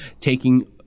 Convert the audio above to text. taking